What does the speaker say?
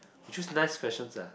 we choose nice questions ah